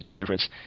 difference